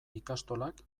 ikastolak